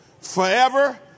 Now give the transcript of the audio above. forever